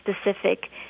specific